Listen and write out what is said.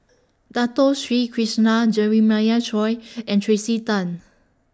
Dato Sri Krishna Jeremiah Choy and Tracey Tan